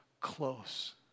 close